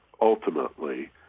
ultimately